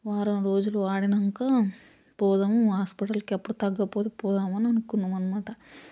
వారం రోజులు వాడినాకా పోదాం హాస్పిటల్కి అప్పుడు తగ్గకపోతే పోదాం అని అనుకున్నాం అనమాట